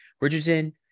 Richardson